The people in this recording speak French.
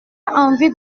envie